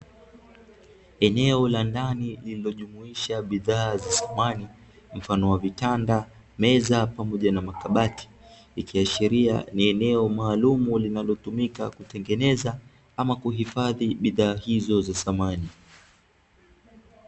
Eneo la ndani lililojumuisha bidhaa za samani mfano wa vitanda, meza pamoja na makabati ikiashiria ni eneo maalumu linalotumika kutengeneza ama kuhifadhi bidhaa hizo za samani.